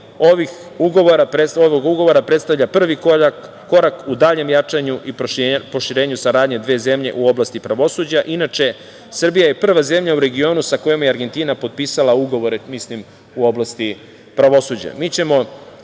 ovog ugovora predstavlja prvi korak u daljem jačanju i proširenju saradnje dve zemlje u oblasti pravosuđa. Inače, Srbija je prva zemlja u regionu sa kojom je Argentina potpisala ugovore u oblasti pravosuđa. Mi ćemo